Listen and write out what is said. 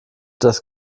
das